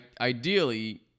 ideally